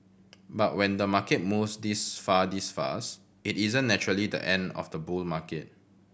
but when the market moves this far this fast it isn't naturally the end of the bull market